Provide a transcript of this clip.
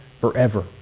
forever